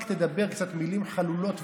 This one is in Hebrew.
רק תדבר קצת מילים חלולות,